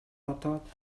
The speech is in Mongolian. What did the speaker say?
бодоод